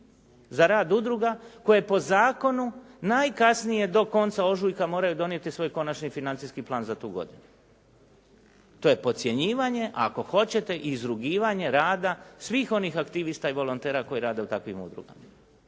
za rad udruga koje po zakonu najkasnije do konca ožujka moraju donijeti svoj konačni financijski plan za tu godinu. To je podcjenjivanje a ako hoćete i izrugivanje rada svih onih aktivista i volontera koji rade u tim udrugama.